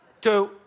Two